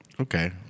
Okay